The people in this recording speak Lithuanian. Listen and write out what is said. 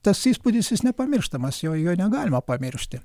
tas įspūdis jis nepamirštamas jo jo negalima pamiršti